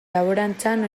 laborantzan